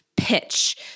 pitch